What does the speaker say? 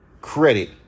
credit